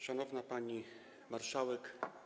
Szanowna Pani Marszałek!